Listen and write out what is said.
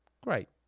Great